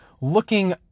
looking